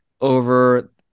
over